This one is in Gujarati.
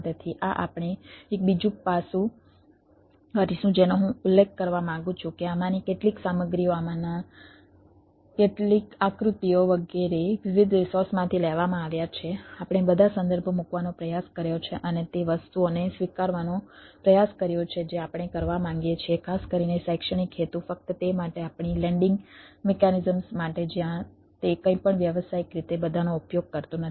તેથી આ આપણે એક બીજું પાસું કરીશું જેનો હું ઉલ્લેખ કરવા માંગું છું કે આમાંની કેટલીક સામગ્રીઓ આમાંના કેટલીક આકૃતિઓ વગેરે વિવિધ રિસોર્સમાંથી લેવામાં આવ્યા છે આપણે બધા સંદર્ભો મૂકવાનો પ્રયાસ કર્યો છે અને તે વસ્તુઓને સ્વીકારવાનો પ્રયાસ કર્યો છે જે આપણે કરવા માંગીએ છીએ ખાસ કરીને શૈક્ષણિક હેતુ ફક્ત તે માટે આપણી લેન્ડિંગ મિકેનિઝમ્સ માટે જ્યાં તે કંઈપણ વ્યવસાયિક રીતે બધાનો ઉપયોગ કરતું નથી